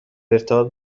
ارتباط